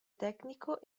tecnico